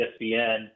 ESPN